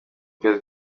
kwezi